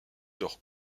leur